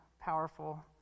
powerful